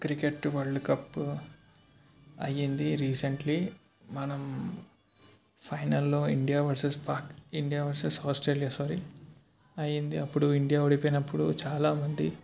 cricket world cup అయ్యింది recently మనం ఫైనల్లో India versus Pak India versus Australia sorry అయ్యింది అప్పుడు ఇండియా ఓడిపోయినప్పుడు చాలా మంది